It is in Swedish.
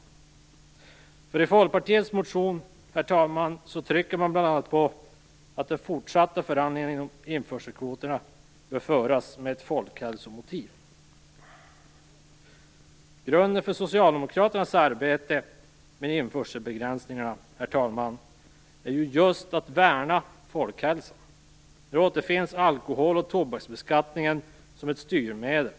I Folkpartiets motion, herr talman, trycker man bl.a. på att de fortsatta förhandlingarna om införselkvoterna bör föras av folkhälsomotiv. Grunden för Socialdemokraternas arbete med införselbegränsningarna, herr talman, är just att vi vill värna folkhälsan. Här återfinns alkohol och tobaksbeskattningen som ett styrmedel.